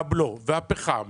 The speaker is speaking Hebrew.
הבלו והפחם,